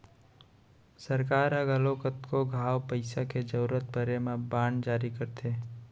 सरकार ह घलौ कतको घांव पइसा के जरूरत परे म बांड जारी करथे